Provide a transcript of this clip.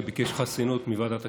שביקש חסינות מוועדת הכנסת,